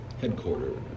headquarters